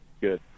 good